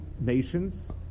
nations